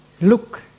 look